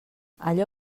allò